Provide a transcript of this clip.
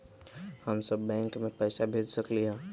हम सब बैंक में पैसा भेज सकली ह?